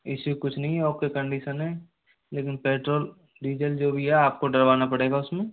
इसे कुछ नहीं है ओके कंडीशन है लेकिन पेट्रोल डीजल जो भी है आपको डलवाना पड़ेगा उसमें